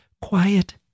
quiet